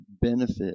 benefit